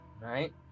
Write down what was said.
Right